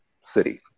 city